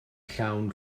llawn